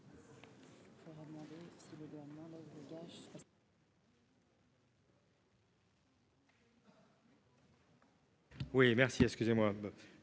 Oui merci, excusez-moi,